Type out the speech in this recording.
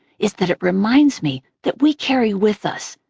is that it reminds me that we carry with us,